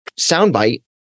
soundbite